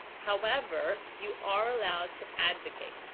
however, you are allowed to advocate.